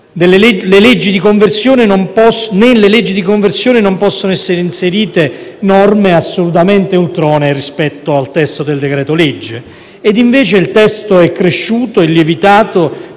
nelle leggi di conversione non possono essere inserite norme assolutamente ultronee rispetto al testo del decreto-legge. Ed invece il testo è cresciuto e lievitato